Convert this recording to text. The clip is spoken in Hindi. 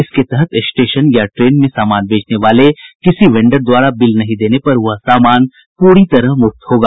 इसके तहत स्टेशन या ट्रेन में सामान बेचने वाले किसी वेंडर द्वारा बिल नहीं देने पर वह सामान पूरी तरह मुफ्त होगा